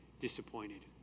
disappointed